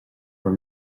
bhur